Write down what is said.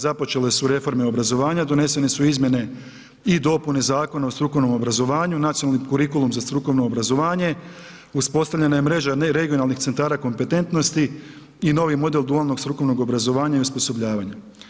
Započele su reforme obrazovanja, donesene su Izmjene i dopune Zakona o strukovnom obrazovanju, nacionalni kurikulum za strukovno obrazovanje, uspostavljenja je mreža neregionalnih centara kompetentnosti i novi model dualnog strukovnog obrazovanja i osposobljavanja.